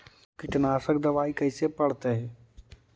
कीटनाशक दबाइ कैसे पड़तै है?